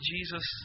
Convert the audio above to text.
Jesus